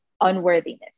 unworthiness